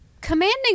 commanding